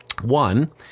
One